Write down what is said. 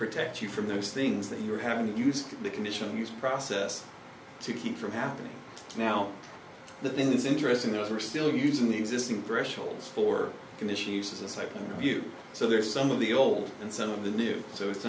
protect you from those things that you're having to use the conditions process to keep from happening now the thing that's interesting those are still using the existing thresholds for condition uses like you so there's some of the old and some of the new so it's